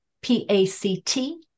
P-A-C-T